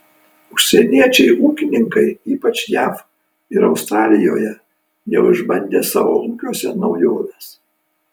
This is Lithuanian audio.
užsieniečiai ūkininkai ypač jav ir australijoje jau išbandė savo ūkiuose naujoves